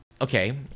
Okay